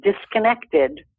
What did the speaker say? disconnected